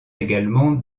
également